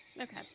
okay